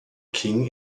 king